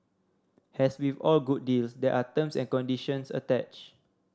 as with all good deals there are terms and conditions attached